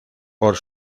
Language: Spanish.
por